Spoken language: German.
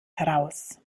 heraus